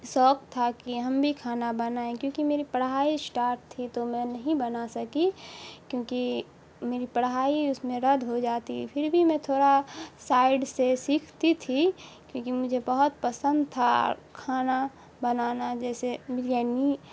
شوق تھا کہ ہم بھی کھانا بنائیں کیوںکہ میری پڑھائی اشٹاٹ تھی تو میں نہیں بنا سکی کیوںکہ میری پڑھائی اس میں رد ہو جاتی پھر بھی میں تھوڑا سائڈ سے سیکھتی تھی کیوںکہ مجھے بہت پسند تھا کھانا بنانا جیسے بریانی